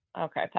Okay